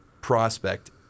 prospect